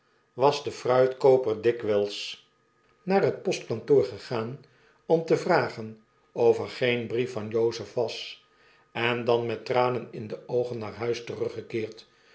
was de fruitverkooper dikwjjls naar het postkantoor gegaan om te vragen of er geen brief van jozef was en dan met tranen in de oogen naar huis teruggekeerd